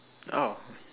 oh